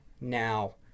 now